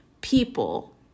people